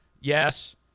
Yes